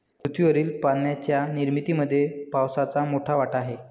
पृथ्वीवरील पाण्याच्या निर्मितीमध्ये पावसाचा मोठा वाटा आहे